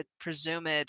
presumed